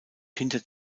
hinter